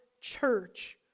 church